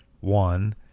one